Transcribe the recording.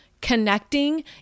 connecting